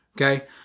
okay